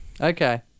Okay